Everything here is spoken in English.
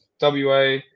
WA